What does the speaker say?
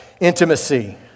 intimacy